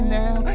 now